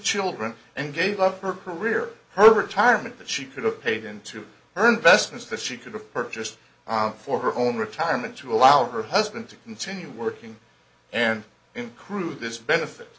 children and gave up her career her retirement that she could have paid into her investments that she could've purchased for her own retirement to allow her husband to continue working and in crewe this benefit